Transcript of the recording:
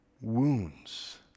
wounds